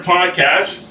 Podcast